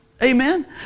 Amen